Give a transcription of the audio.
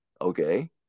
okay